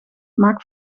maak